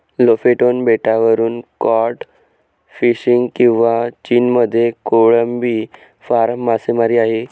Lofoten बेटावरून cod fishing किंवा चीनमध्ये कोळंबी फार्म मासेमारी आहे